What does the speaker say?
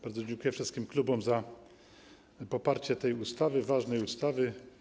Bardzo dziękuję wszystkim klubom za poparcie tej ustawy, ważnej ustawy.